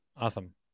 Awesome